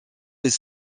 les